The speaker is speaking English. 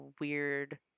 weird